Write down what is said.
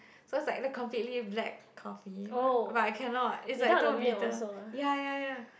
so it's like the completely black coffee but but I cannot is like too bitter ya ya ya